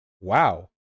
Wow